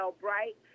Bright